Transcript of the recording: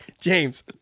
James